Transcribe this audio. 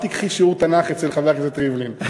את תיקחי שיעור תנ"ך אצל חבר הכנסת ריבלין.